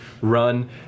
Run